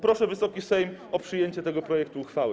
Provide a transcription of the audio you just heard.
Proszę Wysoki Sejm o przyjęcie tego projektu uchwały.